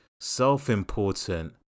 Self-important